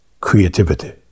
creativity